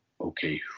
okay